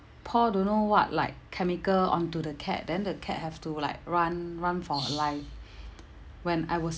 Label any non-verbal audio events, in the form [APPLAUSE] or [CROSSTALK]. pour don't know what like chemical onto the cat then the cat have to like run run for her life [BREATH] when I was